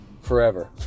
forever